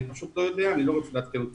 אני לא יודע ואני לא רוצה להטעות.